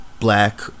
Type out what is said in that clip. black